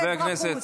חבר הכנסת